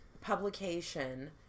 publication